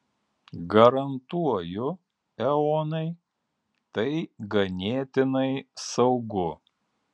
garantuoju eonai tai ganėtinai saugu